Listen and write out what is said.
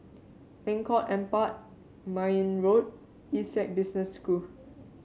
Lengkok Empat Mayne Road Essec Business School